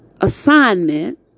Assignment